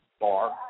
bar